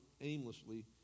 aimlessly